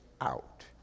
out